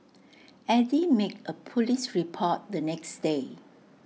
Eddy made A Police report the next day